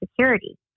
security